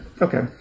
okay